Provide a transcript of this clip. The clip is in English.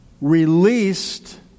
released